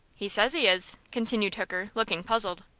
he says he is, continued hooker, looking puzzled.